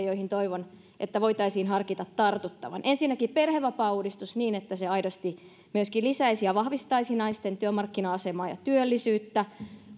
joihin toivon että voitaisiin harkita tartuttavan ensinnäkin perhevapaauudistus niin että se aidosti myöskin lisäisi ja vahvistaisi naisten työmarkkina asemaa ja työllisyyttä